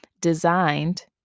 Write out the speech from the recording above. designed